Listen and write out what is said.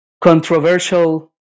controversial